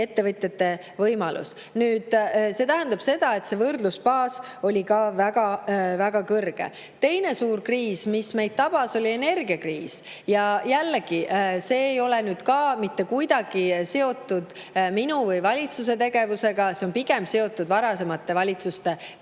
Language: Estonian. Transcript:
ettevõtjate võimalus. See aga tähendab seda, et see võrdlusbaas oli ka väga kõrge. Teine suur kriis, mis meid tabas, oli energiakriis. Jällegi, see ei ole ka mitte kuidagi seotud minu või valitsuse tegevusega. See on pigem seotud varasemate valitsuste